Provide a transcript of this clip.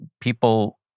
people